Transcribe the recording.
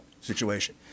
situation